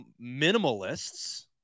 minimalists